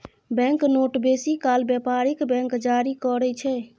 bank note बेसी काल बेपारिक बैंक जारी करय छै